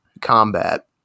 combat